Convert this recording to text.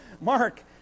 Mark